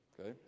okay